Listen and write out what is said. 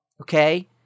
Okay